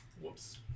Whoops